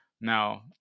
Now